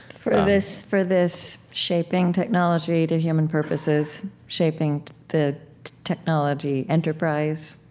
for this for this shaping technology to human purposes, shaping the technology enterprise?